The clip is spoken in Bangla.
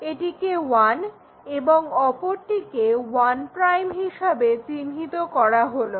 একটিকে 1 এবং অপরটিকে 1' হিসাবে চিহ্নিত করা হলো